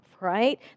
right